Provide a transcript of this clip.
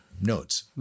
notes